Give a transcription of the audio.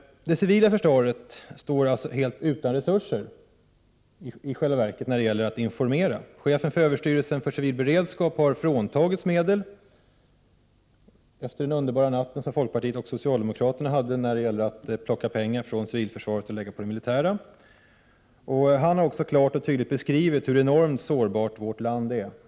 Det civila försvaret står i själva verket när det gäller att informera helt utan resurser. Överstyrelsen för civil beredskap har fråntagits medel efter den underbara natten mellan folkpartiet och socialdemokraterna då man ägnade sig åt att plocka över pengar från civilförsvaret till det militära försvaret. Man har också klart och tydligt beskrivit hur enormt sårbart vårt land är.